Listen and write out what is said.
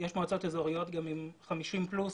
יש מועצות אזוריות עם 50 פלוס